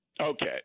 Okay